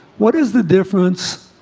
what is the difference?